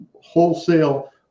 wholesale